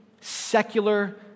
secular